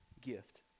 gift